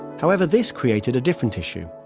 however, this created a different issue.